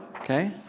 Okay